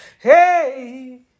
Hey